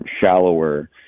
shallower